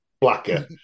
blacker